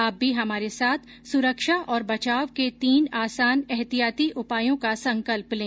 आप भी हमारे साथ सुरक्षा और बचाव के तीन आसान एहतियाती उपायों का संकल्प लें